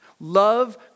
Love